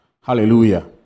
hallelujah